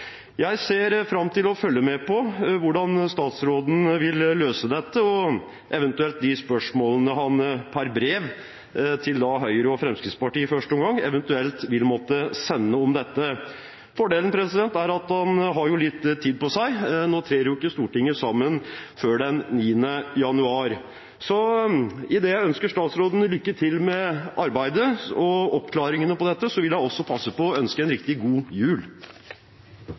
Jeg ser fram til å følge med på hvordan statsråden vil løse dette og til de spørsmålene han per brev til Høyre og Fremskrittspartiet – i første omgang – eventuelt vil måtte sende om dette. Fordelen er at han har litt tid på seg, for nå trer ikke Stortinget sammen før den 9. januar. Så idet jeg ønsker statsråden lykke til med arbeidet og oppklaringene rundt dette, vil jeg også passe på å ønske en riktig god jul.